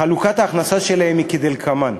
חלוקת ההכנסה שלהם היא כדלקמן: